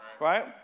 Right